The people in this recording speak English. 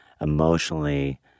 emotionally